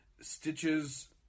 stitches